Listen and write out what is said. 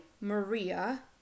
Maria